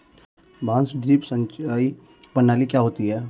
बांस ड्रिप सिंचाई प्रणाली क्या होती है?